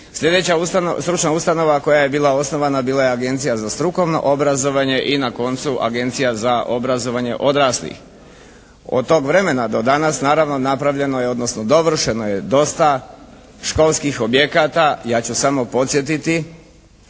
Sljedeća stručna ustanova koja je bila osnovana bila je Agencija za strukovno obrazovanje i na koncu Agencija za obrazovanje odraslih. Od tog vremena do danas naravno napravljeno je, odnosno dovršeno je dosta školskih objekata. Ja ću samo podsjetiti